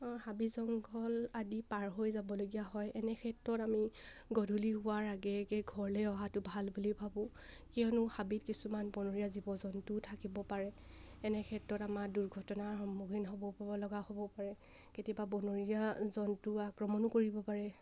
হাবি জংঘল আদি পাৰ হৈ যাবলগীয়া হয় এনেক্ষেত্ৰত আমি গধূলি হোৱাৰ আগে আগে ঘৰলৈ অহাটো ভাল বুলি ভাবোঁ কিয়নো হাবিত কিছুমান বনৰীয়া জীৱ জন্তু থাকিব পাৰে এনে ক্ষেত্ৰত আমাৰ দুৰ্ঘটনাৰ সন্মুখীন হ'ব লগা হ'ব পাৰে কেতিয়াবা বনৰীয়া জন্তু আক্ৰমণো কৰিব পাৰে